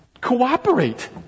cooperate